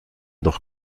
doch